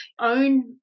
own